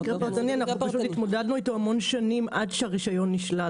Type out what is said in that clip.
אנחנו התמודדנו איתו המון שנים עד שהרישיון נשלל